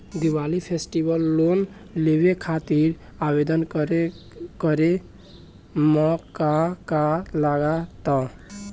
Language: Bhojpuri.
दिवाली फेस्टिवल लोन लेवे खातिर आवेदन करे म का का लगा तऽ?